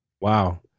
wow